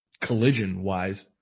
collision-wise